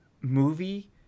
movie